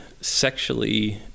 sexually